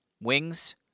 Wings